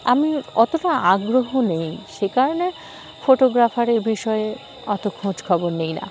আমি অতটা আগ্রহ নেই সে কারণে ফটোগ্রাফারের বিষয়ে অত খোঁজখবর নিই না